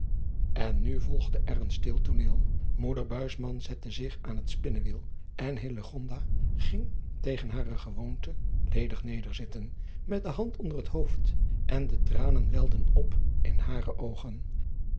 en nu volgde er een stil tooneel moeder buisman zette zich aan het spinnewiel en hillegonda ging tegen hare gewoonte ledig nederzitten met de hand onder het hoofd en de tranen welden op in hare oogen